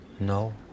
no